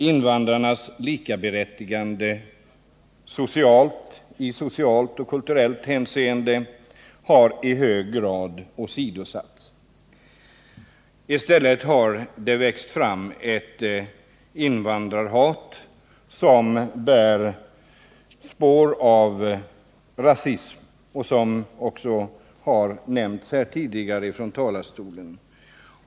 Invandrarnas likaberättigande i socialt och kulturellt hänseende har i hög grad åsidosatts. I stället har det växt fram ett invandrarhat som bär spår av rasism och som också har omnämnts här tidigare från talarstolen.